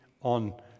on